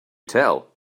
tell